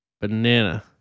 Banana